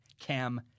Cam